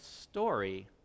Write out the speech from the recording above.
story